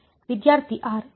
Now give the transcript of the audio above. ವಿದ್ಯಾರ್ಥಿ ಆರ್